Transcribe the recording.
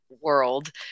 world